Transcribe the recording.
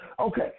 Okay